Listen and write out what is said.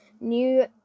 new